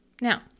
Now